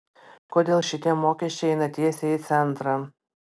kodėl šitie mokesčiai eina tiesiai į centrą